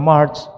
March